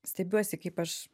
stebiuosi kaip aš